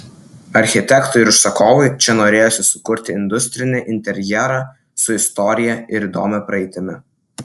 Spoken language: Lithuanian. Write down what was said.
architektui ir užsakovui čia norėjosi sukurti industrinį interjerą su istorija ir įdomia praeitimi